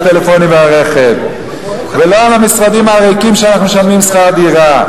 לא לטלפונים ולרכב ולא למשרדים הריקים שאנחנו משלמים שכר דירה.